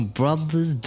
brothers